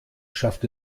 schafft